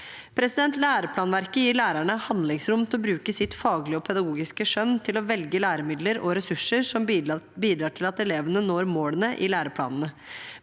Læreplanverket gir lærerne handlingsrom til å bruke sitt faglige og pedagogiske skjønn til å velge læremidler og ressurser som bidrar til at elevene når målene i læreplanene.